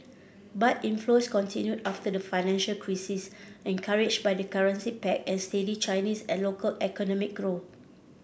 but inflows continued after the financial crisis encouraged by the currency peg and steady Chinese and local economic growth